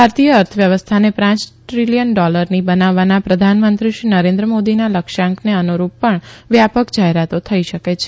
ભારતીય અર્થવ્યવસ્થાને પાંચ દ્વિલિયન ડોલરની બનાવવાના પ્રધાનમંત્રી શ્રી નરેન્દ્ર મોદીના લક્ષ્યાંકને અનુરૂપ પણ વ્યાપક જાહેરાતો થઈ શકે છે